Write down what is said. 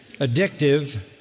addictive